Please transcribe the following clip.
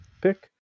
pick